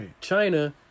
China